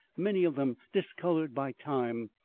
many of them discoloured by time,